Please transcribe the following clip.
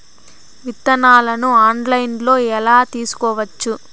విత్తనాలను ఆన్లైన్లో ఎలా తీసుకోవచ్చు